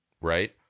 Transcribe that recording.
right